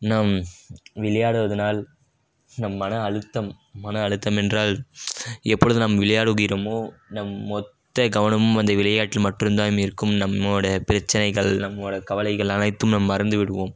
நாம் விளையாடுவதனால் நம் மன அழுத்தம் மன அழுத்தமென்றால் எப்பொழுது நாம் விளையாடுகிறோமோ நம் மொத்த கவனமும் அந்த விளையாட்டில் மட்டும் தான் இருக்கும் நம்மோட பிரச்சினைகள் நம்மோட கவலைகள் அனைத்தும் நாம் மறந்துவிடுவோம்